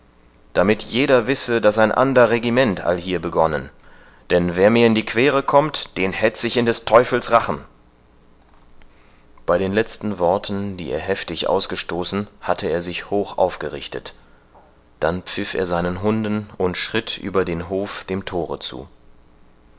damit jedweder wisse daß ein ander regiment allhier begonnen denn wer mir in die quere kommt den hetz ich in des teufels rachen bei den letzten worten die er heftig ausgestoßen hatte er sich hoch aufgerichtet dann pfiff er seinen hunden und schritt über den hof dem thore zu